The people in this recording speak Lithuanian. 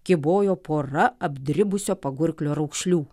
kybojo pora apdribusio pagurklio raukšlių